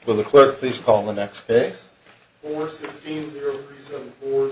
well the clerk please call the next day or sixteen or